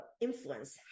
influence